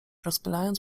rozpylając